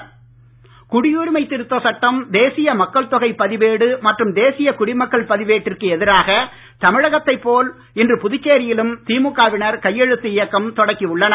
திமுக இயக்கம் குடியுரிமை திருத்த சட்டம் தேசிய மக்கள் தொகை பதிவேடு மற்றும் தேசிய குடிமக்கள் பதிவேட்டிற்கு எதிராக தமிழகத்தில் போல் இன்று புதுச்சேரியிலும் திமுகவினர் கையெழுத்து இயக்கம் தொடக்கி உள்ளனர்